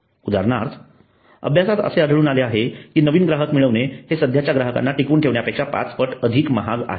उदाहरणार्थ अभ्यासात असे आढळून आले आहे की नवीन ग्राहक मिळवणे हे सध्याच्या ग्राहकांना टिकवून ठेवण्यापेक्षा 5 पट अधिक महाग आहे